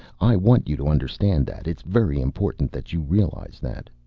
i want you to understand that. it's very important that you realize that.